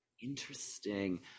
Interesting